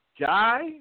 Guy